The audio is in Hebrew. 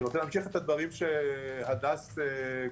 אני רוצה להמשיך את הדברים שהדס העלתה,